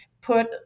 put